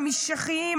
המשיחיים,